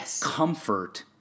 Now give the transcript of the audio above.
comfort